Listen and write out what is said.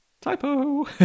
typo